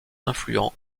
influent